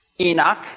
Enoch